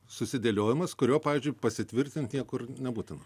susidėliojimas kurio pavyzdžiui pasitvirtint niekur nebūtina